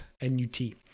N-U-T